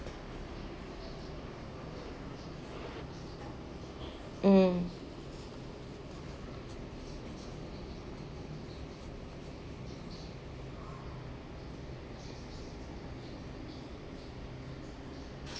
mmhmm